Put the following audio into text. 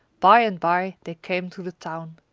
by and by they came to the town.